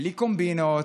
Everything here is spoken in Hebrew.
בלי קומבינות,